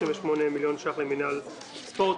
38 מיליון שקלים למינהל ספורט,